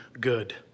good